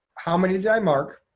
how many did i mark,